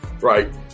right